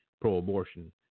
pro-abortion